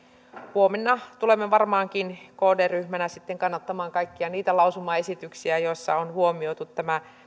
huomenna tulemme varmaankin kd ryhmänä sitten kannattamaan kaikkia niitä lausumaesityksiä joissa on huomioitu tämä